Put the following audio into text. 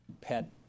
pet